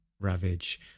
Ravage